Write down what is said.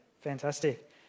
fantastic